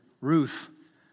Ruth